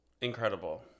incredible